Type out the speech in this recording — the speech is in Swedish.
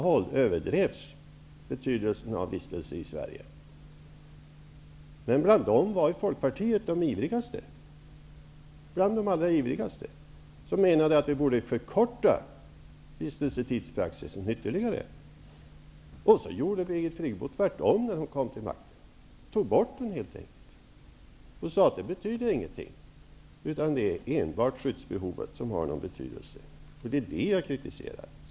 Jag tyckte att betydelsen av vistelsetiden i Sverige överdrevs från många håll. Bl.a. var Folkpartiet bland dem som allra ivrigaste menade att praxisen när det gäller vistelsetiden borde förändras. När sedan Birgit Friggebo kom till makten gjorde hon tvärtom. Hon tog helt enkelt bort kriteriet vistelsetid och sade att det inte betyder någonting, utan att det enbart är skyddsbehovet som har någon betydelse. Det är det som jag kritiserar.